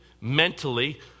mentally